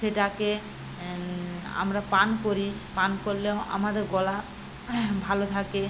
সেটাকে আমরা পান করি পান করলেও আমাদের গলা ভালো থাকে